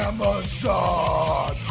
Amazon